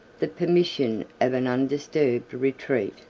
the permission of an undisturbed retreat.